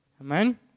Amen